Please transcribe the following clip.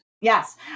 yes